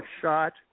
shot